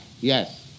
Yes